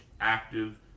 active